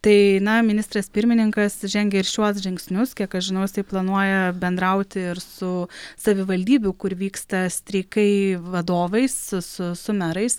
tai na ministras pirmininkas žengė ir šiuos žingsnius kiek aš žinau jisai planuoja bendrauti ir su savivaldybių kur vyksta streikai vadovais su su merais